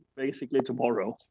basically tomorrow.